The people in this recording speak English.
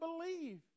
believe